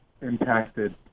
impacted